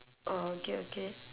oh okay okay